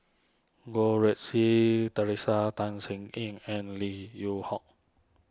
Goh Rui Si theresa Tan Ean and Lim Yew Hock